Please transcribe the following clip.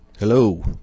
Hello